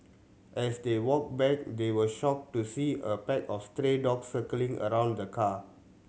as they walked back they were shocked to see a pack of stray dogs circling around the car